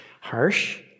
Harsh